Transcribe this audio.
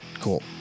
cool